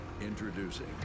introducing